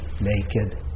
naked